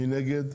מי נגד?